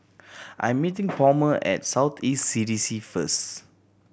I'm meeting Palmer at South East C D C first